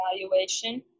evaluation